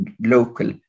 local